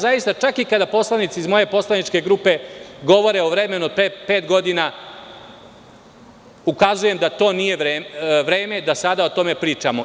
Zaista, čak i kada poslanici iz moje poslaničke grupe govore o vremenu od pre pet godina, ukazujem da nije vreme da sada o tome pričamo.